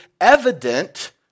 evident